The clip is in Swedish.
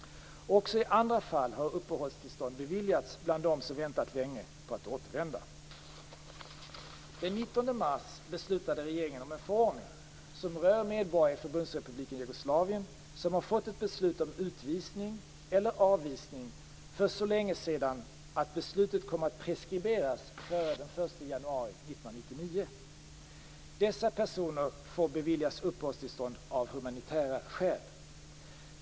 Också i andra fall har uppehållstillstånd beviljats bland dem som väntat länge på att återvända. Den 19 mars beslutade regeringen om en förordning som rör medborgare i Förbundsrepubliken Jugoslavien som har fått ett beslut om utvisning eller avvisning för så länge sedan att beslutet kommer att preskriberas före den 1 januari 1999. Dessa personer får beviljas uppehållstillstånd av humanitära skäl.